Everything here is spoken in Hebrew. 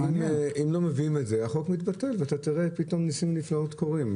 אתה תראה פתאום שניסים ונפלאות קורים.